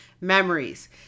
Memories